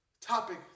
topic